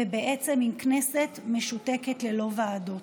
ובעצם עם כנסת משותקת ללא ועדות.